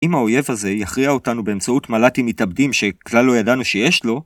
אם האויב הזה יכריע אותנו באמצעות מלטים מתאבדים שכלל לא ידענו שיש לו...